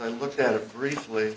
i looked at it briefly